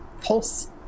pulse